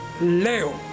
Leo